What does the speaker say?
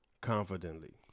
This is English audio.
confidently